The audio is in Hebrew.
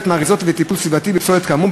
מהאריזות ולטיפול סביבתי בפסולת כאמור,